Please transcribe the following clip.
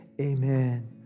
Amen